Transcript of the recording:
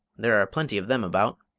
there are plenty of them about.